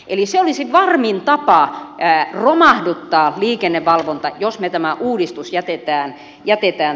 eli se olisi varmin tapa romahduttaa liikennevalvonta jos me tämän uudistuksen jätämme tekemättä